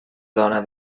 dona